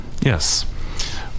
Yes